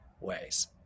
ways